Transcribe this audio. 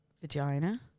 vagina